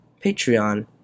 Patreon